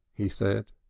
he said.